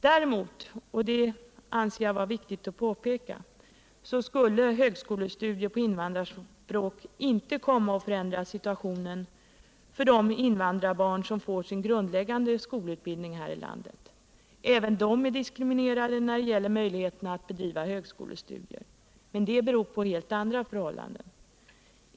Däremot — och det anser jag vara viktigt att påpeka —skulle högskolestudier på invandrarspråk inte förändra situationen för de invandrarbarn som får sin grundläggande skolutbildning här i landet. Även dessa är diskriminerade i fråga om möjligheterna att bedriva högskolestudier. men det beror på helt andra förhållanden.